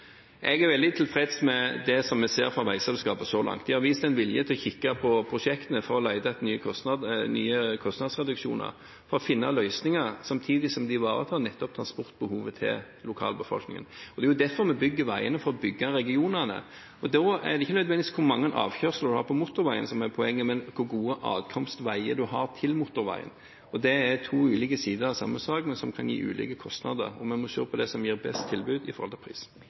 på prosjektene for å lete etter nye kostnadsreduksjoner og for å finne løsninger, samtidig som de ivaretar transportbehovet til lokalbefolkningen. Det er derfor vi bygger veiene, for å bygge regionene. Da er det ikke nødvendigvis hvor mange avkjørsler en har på motorveien, som er poenget, men hvor gode adkomstveier en har til motorveien. Det er to ulike sider av samme sak, men som kan gi ulike kostnader. Vi må se på det som gir best tilbud i forhold til pris.